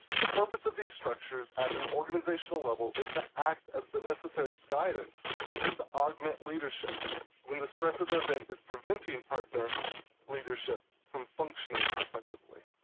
the purpose of these structures at an organizational level is to act as the necessary guidance to augment leadership when the stress of the event is preventing partner leadership from functioning effectively.